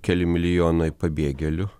keli milijonai pabėgėlių